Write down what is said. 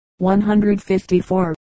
154